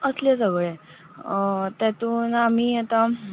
असले सगळे तातूंत आमी आतां